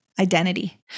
identity